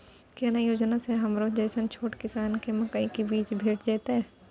केना योजना स हमरो जैसन छोट किसान के मकई के बीज भेट जेतै?